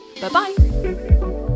Bye-bye